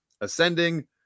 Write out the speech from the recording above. ascending